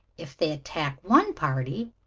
if they attack one party,